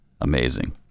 Amazing